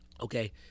Okay